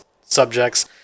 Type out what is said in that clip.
subjects